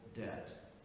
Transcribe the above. debt